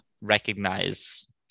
recognize